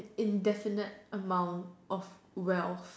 indefinite amount of wealth